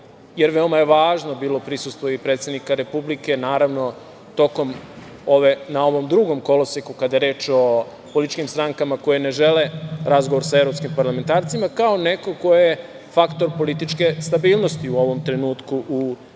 jer veoma je važno bilo prisustvo i predsednika Republike, naravno, na ovom drugom koloseku, kada je reč o političkim strankama koje ne žele razgovor sa evropskim parlamentarcima, kao neko ko je faktor političke stabilnosti u ovom trenutku u